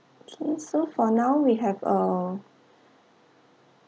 okay so for now we have a